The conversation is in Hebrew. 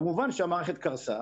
כמובן שהמערכת קרסה